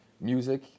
music